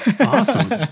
Awesome